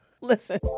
Listen